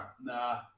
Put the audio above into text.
nah